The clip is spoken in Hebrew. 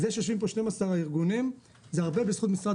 זה שיושבים פה 12 הארגונים, זה הרבה בזכות משרד